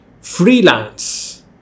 Freelance